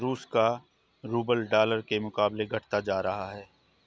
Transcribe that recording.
रूस का rouble dollar के मुकाबले घटता जा रहा है